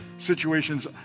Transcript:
Situations